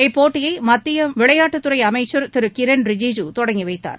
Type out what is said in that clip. இப்போட்டியை மத்திய விளையாட்டுத் துறை அமைச்சர் திரு கிரண் ரிஜிஜூ தொடங்கிவைத்தார்